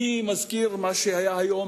אני מזכיר את מה שהיה היום